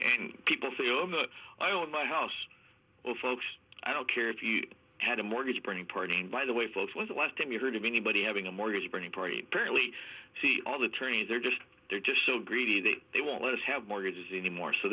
and people say oh i own my house well folks i don't care if you had a mortgage burning party and by the way folks was the last time you heard of anybody having a mortgage burning party apparently see all the tourney they're just they're just so greedy that they won't let us have mortgages anymore so